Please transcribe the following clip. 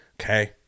okay